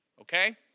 Okay